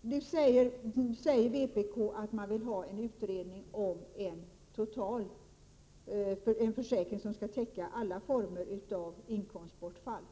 Vpk säger att man vill ha en utredning om en försäkring som skall täcka alla former av inkomstbortfall.